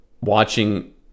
watching